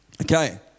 Okay